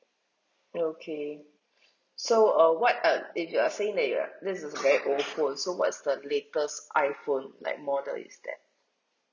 okay so uh what uh if you're saying that you are this is a very old phone so what's the latest iphone like model is that